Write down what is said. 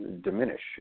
diminish